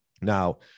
Now